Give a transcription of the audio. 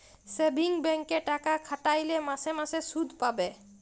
savings ব্যাংকে টাকা খাটাইলে মাসে মাসে সুদ পাবে